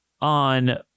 on